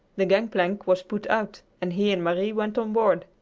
the gangplank was put out, and he and marie went on board.